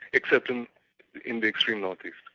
except in in the extreme north-east.